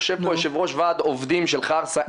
יושב פה יושב-ראש ועד עובדי חרסה.